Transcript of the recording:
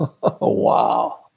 wow